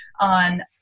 on